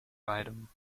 beidem